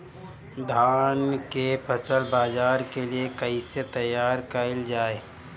धान के फसल बाजार के लिए कईसे तैयार कइल जाए?